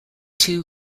two